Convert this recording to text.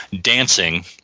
dancing